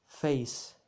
face